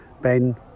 Ben